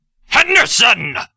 Henderson